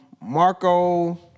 Marco